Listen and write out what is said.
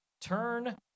Turn